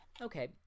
Okay